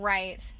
Right